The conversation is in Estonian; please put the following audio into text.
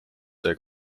sai